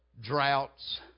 droughts